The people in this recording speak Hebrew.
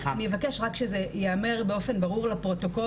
אז אני רק אבקש שזה יאמר באופן ברור לפרוטוקול,